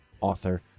author